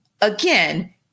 again